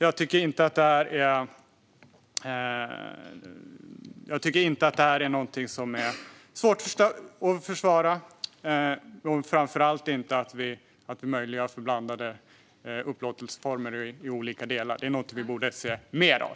Jag tycker inte att det här är någonting som är svårt att försvara, framför allt inte när det gäller att möjliggöra för blandade upplåtelseformer i olika delar. Det är någonting som vi borde se mer av.